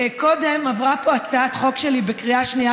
קודם עברה פה הצעת חוק שלי בקריאה שנייה